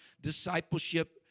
discipleship